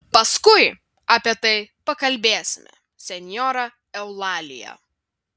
paskui apie tai pakalbėsime senjora eulalija